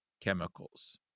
chemicals